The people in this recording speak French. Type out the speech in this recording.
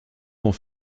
sont